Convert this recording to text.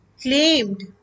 claimed